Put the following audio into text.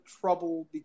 trouble